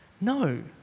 No